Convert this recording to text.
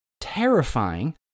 terrifying